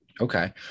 okay